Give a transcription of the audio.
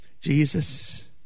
Jesus